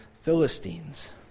Philistines